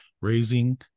raising